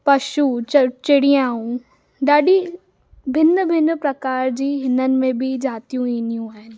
पशु च चिड़ियाऊं ॾाढी भिन्न भिन्न प्रकार जी हिन में बि जातियूं ईंदियूं आहिनि